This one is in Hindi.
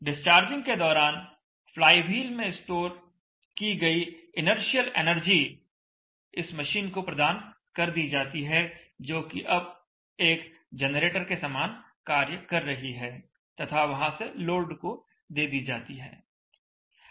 डिस्चार्जिंग के दौरान फ्लाईव्हील में स्टोर की गई इनर्शियल एनर्जी इस मशीन को प्रदान कर दी जाती है जोकि अब एक जनरेटर के समान कार्य कर रही है तथा वहां से लोड को दे दी जाती है